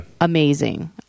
amazing